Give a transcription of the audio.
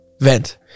vent